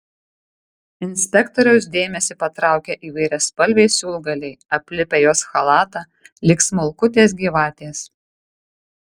inspektoriaus dėmesį patraukia įvairiaspalviai siūlgaliai aplipę jos chalatą lyg smulkutės gyvatės